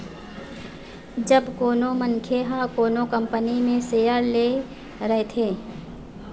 जब कोनो मनखे ह कोनो कंपनी म सेयर ले रहिथे